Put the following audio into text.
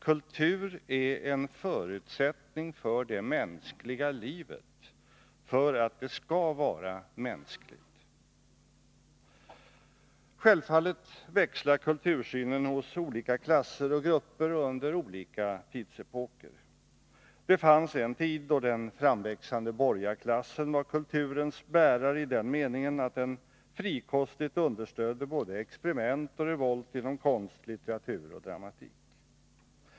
Kultur är en förutsättning för det mänskliga livet, för att det skall vara mänskligt. Självfallet växlar kultursynen hos olika klasser och grupper och under olika tidsepoker. Det fanns en tid då den framväxande borgarklassen var kulturens bärare i den meningen att den frikostigt understödde både experiment och revolt inom konst, litteratur och dramatik.